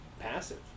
passive